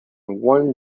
one